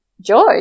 joy